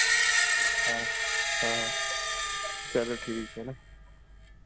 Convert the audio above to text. हाँ हाँ चलो ठीक है ना